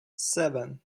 seven